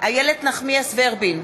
איילת נחמיאס ורבין,